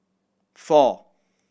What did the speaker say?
four